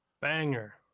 banger